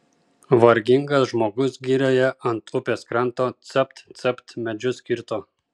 vargingas žmogus girioje ant upės kranto capt capt medžius kirto